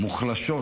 מוחלשות